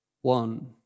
one